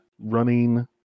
running